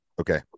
Okay